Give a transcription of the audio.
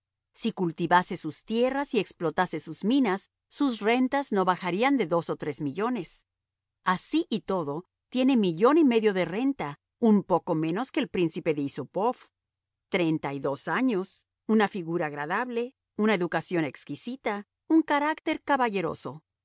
cultivase sus tierras y explotase sus minas sus rentas no bajarían de dos o tres millones así y todo tiene millón y medio de renta un poco menos que el príncipe de isupoff treinta y dos años una figura agradable una educación exquisita un carácter caballeroso